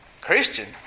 Christian